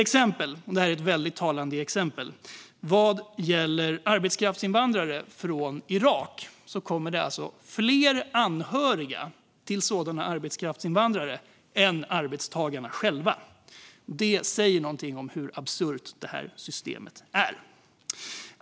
Jag har ett väldigt talande exempel: Vad gäller arbetskraftsinvandrare från Irak kommer det fler anhöriga än arbetstagarna själva. Det säger någonting om hur absurt systemet är.